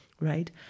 right